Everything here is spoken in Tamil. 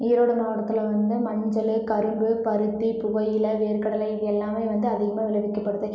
ஈரோடு மாவட்டத்தில் வந்து மஞ்சள் கரும்பு பருத்தி புகையிலை வேர்க்கடலை இது எல்லாமே வந்து அதிகமாக விளைவிக்கப்படுது